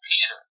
Peter